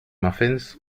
muffins